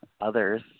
others